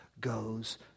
goes